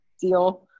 deal